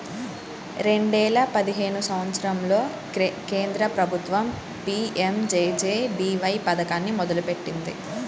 రెండేల పదిహేను సంవత్సరంలో కేంద్ర ప్రభుత్వం పీ.యం.జే.జే.బీ.వై పథకాన్ని మొదలుపెట్టింది